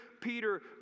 Peter